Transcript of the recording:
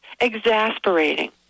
exasperating